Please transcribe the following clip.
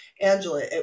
Angela